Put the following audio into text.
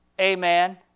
Amen